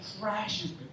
crashes